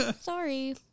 Sorry